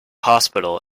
hospital